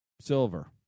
silver